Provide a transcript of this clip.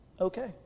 okay